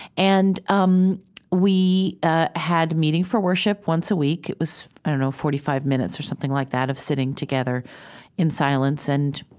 and um we ah had meeting for worship once a week. it was, i don't know, forty five minutes or something like that, of sitting together in silence and,